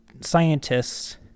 scientists